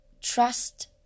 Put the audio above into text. Trust